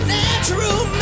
natural